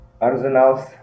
arsenals